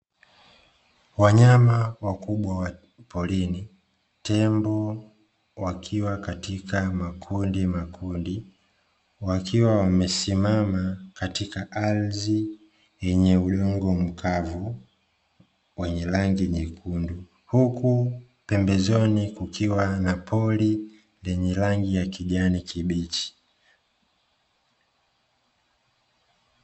Wanyama wakubwa wa porini, tembo wakiwa katika makundimakundi, wakiwa wamesimama katika ardhi yenye udongo mkavu wenye rangi nyekundu. Huku pembezoni kukiwa na pori lenye rangi ya kijani kibichi.